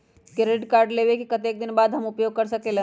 Credit card लेबे के कतेक दिन बाद हम उपयोग कर सकेला?